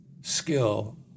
skill